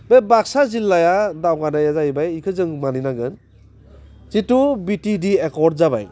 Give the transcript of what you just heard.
बे बाक्सा जिल्लाया दावगानाया जाहैबाय एखौ जों मानिनांगोन जिथु बिटिएडि एकर्ट जाबाय